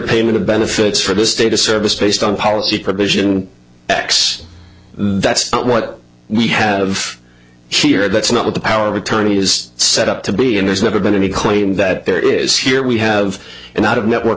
payment of benefits for the state a service based on policy provision x that's not what we have here that's not what the power of attorney is set up to be and there's never been any claim that there is here we have an out of network